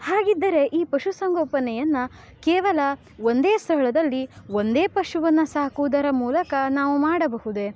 ಹಾಗಿದ್ದರೆ ಈ ಪಶುಸಂಗೋಪನೆಯನ್ನು ಕೇವಲ ಒಂದೇ ಸ್ಥಳದಲ್ಲಿ ಒಂದೇ ಪಶುವನ್ನು ಸಾಕುವುದರ ಮೂಲಕ ನಾವು ಮಾಡಬಹುದೇ